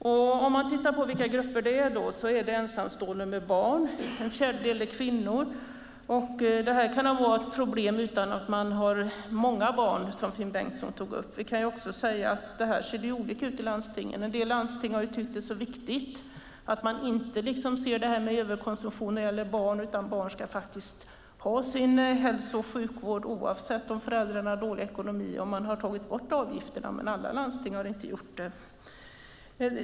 Man kan se på vilka grupper det är. Det är ensamstående med barn. En fjärdedel är kvinnor. Det kan vara ett problem utan att man har många barn, som Finn Bengtsson talade om. Det ser också olika ut i landstingen. En del landsting har tyckt att detta är så viktigt att man inte ser på detta med överkonsumtion när det gäller barn utan anser att barn ska ha sin hälso och sjukvård oavsett om föräldrarna har dålig ekonomi. Då har man tagit bort avgifterna. Men alla landsting har inte gjort det.